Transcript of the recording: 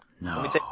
No